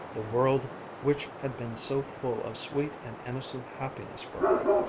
the world which had been so full of sweet and innocent happiness for her,